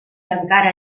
encara